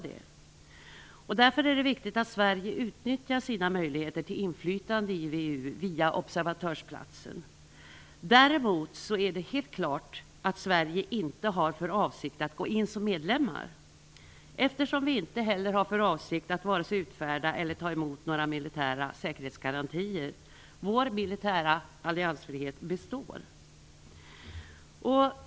Det är därför viktigt att Sverige utnyttjar sina möjligheter till inflytande i VEU via observatörsplatsen. Däremot är det helt klart att Sverige inte har för avsikt att gå in som medlem, eftersom vi inte heller har för avsikt att vare sig utfärda eller ta emot några militära säkerhetsgarantier. Vår militära alliansfrihet består.